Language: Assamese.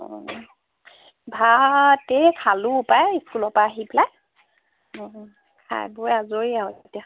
অ ভাতেই খালোঁ পায় স্কুলৰ পৰা আহি পেলাই খাই বৈ আজৰি আৰু এতিয়া